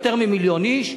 יותר ממיליון איש,